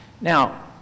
Now